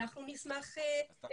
ואנחנו נשמח להיענות.